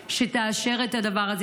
שתאשר את הדבר הזה.